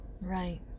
right